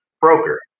Broker